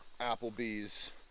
Applebee's